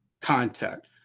contact